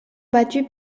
battue